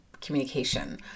communication